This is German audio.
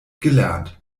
gelernt